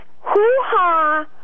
hoo-ha